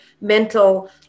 mental